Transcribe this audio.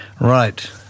Right